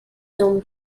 film